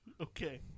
Okay